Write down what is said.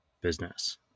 business